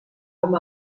com